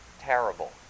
terrible